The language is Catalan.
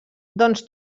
doncs